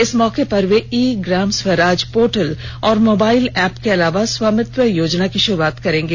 इस मौके पर वे ई ग्रामस्वराज पोर्टल और मोबाइल एप के अलावा स्वामित्व योजना की शुरुआत करेंगे